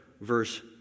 verse